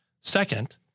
Second